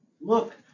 Look